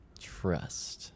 Trust